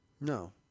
No